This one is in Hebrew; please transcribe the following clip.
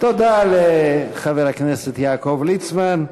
תודה לחבר הכנסת יעקב ליצמן.